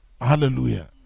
hallelujah